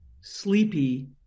sleepy